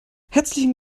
herzlichen